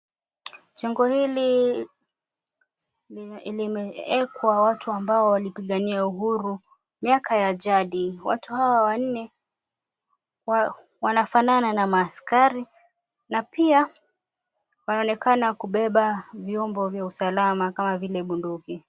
Jengo hili limewekwa watu ambao walipigania uhuru miaka ya jadi. Watu hawa wanne wanafanana na maaskari na pia wanaonekana kubeba vyombo vya usalama kama vile bunduki.